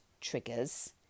triggers